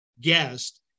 guest